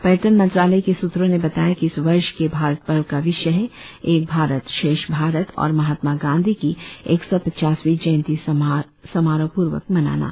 पर्यटन मंत्रालय के सूत्रों ने बताया कि इस वर्ष के भारत पर्व का विषय है एक भारत श्रेष्ठ भारत और महात्मा गांधी की एक सौ पचासवीं जयंती समारोहपूर्वक मनाना